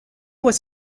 was